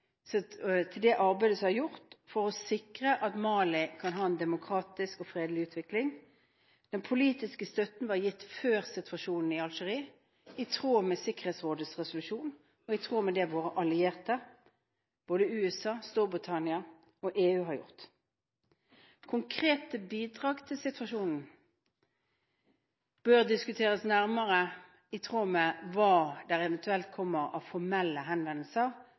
til det arbeidet som er gjort for å sikre at Mali kan ha en demokratisk og fredelig utvikling. Den politiske støtten var gitt i tråd med Sikkerhetsrådets resolusjon før situasjonen i Algerie, og i tråd med det våre allierte USA, Storbritannia og EU har gjort. Konkrete bidrag til situasjonen bør diskuteres nærmere, i tråd med hva som eventuelt kommer av formelle henvendelser